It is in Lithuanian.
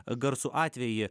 garsų atvejį